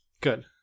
Good